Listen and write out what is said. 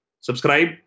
subscribe